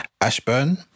Ashburn